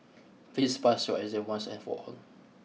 please pass your exam once and for all